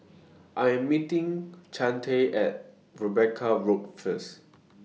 I Am meeting Chantel At Rebecca Road First